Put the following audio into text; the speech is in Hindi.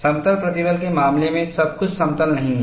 समतल प्रतिबल के मामले में सब कुछ समतल नहीं है